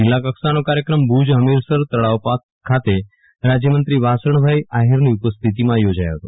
જિલ્લા કક્ષાનો કાર્યક્રમ ભુજ હમીસર તળાવ ખાતે રાજયમંત્રી વાસણભાઈ આહિરની ઉપસ્થિતિમાં યોજાયો હતો